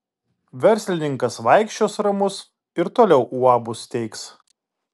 verslininkas vaikščios ramus ir toliau uabus steigs